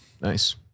Nice